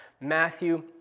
Matthew